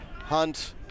Hunt